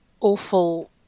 awful